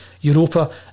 Europa